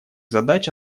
задач